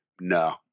no